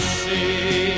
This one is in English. see